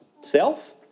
Self